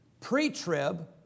pre-trib